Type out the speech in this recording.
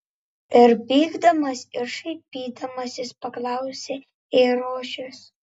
ir pykdamas ir šaipydamasis paklausė eirošius